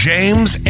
James